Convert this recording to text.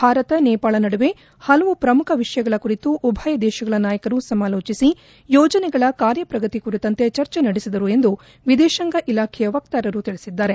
ಭಾರತ ನೇಪಾಳ ನಡುವೆ ಹಲವು ಪ್ರಮುಖ ವಿಷಯಗಳ ಕುರಿತು ಉಭಯ ದೇಶಗಳ ನಾಯಕರು ಸಮಾಲೋಟಿಸಿ ಯೋಜನೆಗಳ ಕಾರ್ಯಪ್ರಗತಿ ಕುರಿತಂತೆ ಚರ್ಚೆ ನಡೆಸಿದರು ಎಂದು ವಿದೇತಾಂಗ ಇಲಾಖೆಯ ವಕ್ತಾರರು ತಿಳಿಸಿದ್ದಾರೆ